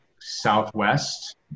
southwest